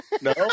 no